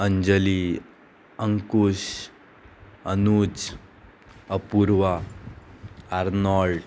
Anjali Ankush Anuj Apurva Arnold